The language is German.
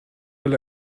weil